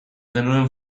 genuen